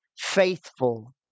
faithful